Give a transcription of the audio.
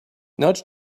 nudge